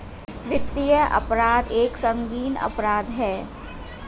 वित्तीय अपराध एक संगीन अपराध है